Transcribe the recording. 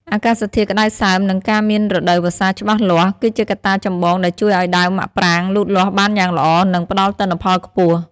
អាកាសធាតុក្តៅសើម និងការមានរដូវវស្សាច្បាស់លាស់ គឺជាកត្តាចម្បងដែលជួយឱ្យដើមមាក់ប្រាងលូតលាស់បានយ៉ាងល្អ និងផ្តល់ទិន្នផលខ្ពស់។